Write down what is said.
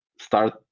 start